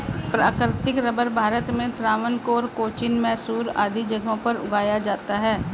प्राकृतिक रबर भारत में त्रावणकोर, कोचीन, मैसूर आदि जगहों पर उगाया जाता है